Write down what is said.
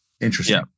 Interesting